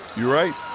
you're right.